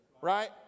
Right